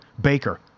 Baker